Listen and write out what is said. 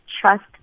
trust